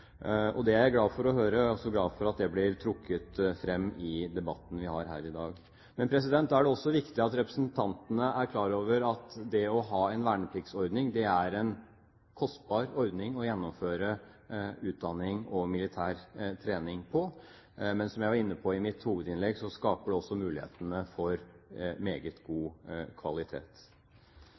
og at det er slik vi ønsker å organisere vår militære struktur. Det er jeg glad for å høre. Jeg er også glad for at det blir trukket fram i debatten vi har her i dag. Da er det også viktig at representantene er klar over at det å ha en vernepliktsordning er en kostbar måte å gjennomføre utdanning og militær trening på. Men som jeg var inne på i mitt hovedinnlegg, skaper det også muligheter for meget god kvalitet.